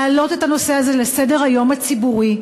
להעלות את הנושא הזה על סדר-היום הציבורי.